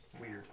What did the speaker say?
weird